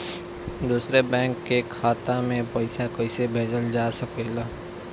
दूसरे बैंक के खाता में पइसा कइसे भेजल जा सके ला?